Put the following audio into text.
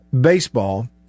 baseball